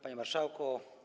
Panie Marszałku!